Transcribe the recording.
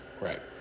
right